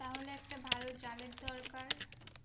তাহলে একটা ভালো জালের দরকার